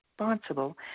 responsible